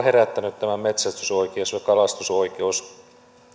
herättäneet metsästysoikeus ja kalastusoikeus